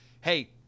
hey